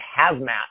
hazmat